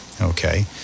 Okay